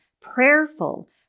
prayerful